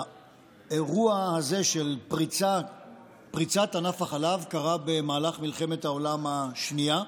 האירוע הזה של פריצת ענף החלב קרה במהלך מלחמת העולם השנייה.